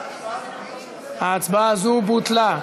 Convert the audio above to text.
ההצבעה הזאת בוטלה.